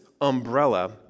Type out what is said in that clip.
umbrella